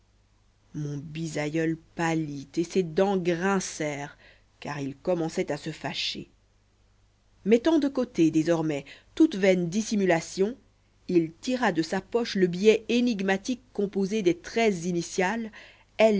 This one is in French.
mon bisaïeul pâlit et ses dents grincèrent car il commençait à se fâcher mettant de côté désormais toute vaine dissimulation il tira de sa poche le billet énigmatique composé des treize initiales